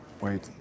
wait